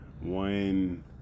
one